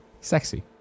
sexy